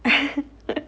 and